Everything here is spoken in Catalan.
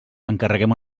encarreguem